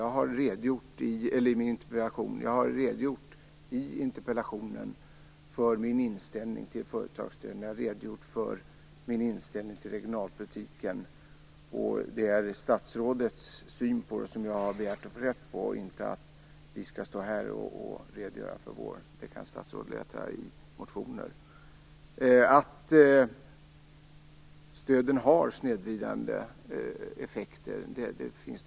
Jag har i interpellationen redogjort för min inställning till företagsstöd, och jag har redogjort för min inställning till regionalpolitiken. Det är statsrådets syn på detta som jag har begärt att få reda på, inte att vi skall redogöra för vår politik. Det kan statsrådet läsa om i motioner.